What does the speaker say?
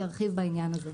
ירחיב בעניין הזה.